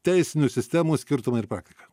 teisinių sistemų skirtumai ir praktika